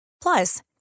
Plus